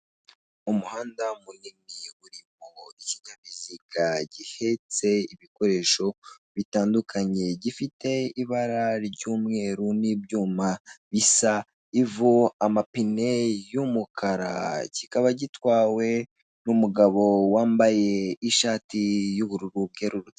Umuhanda munini urimo ikinyabiziga gihetse ibikoresho bitandukanye gifite ibara ry'umweru n'ibyuma bisa ivu amapine y'umukara kikaba gitwawe n'umugabo wambaye ishati y'ubururu bwerurutse.